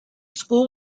school